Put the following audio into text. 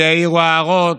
שיעירו הערות,